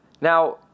Now